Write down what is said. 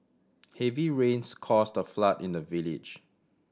heavy rains caused a flood in the village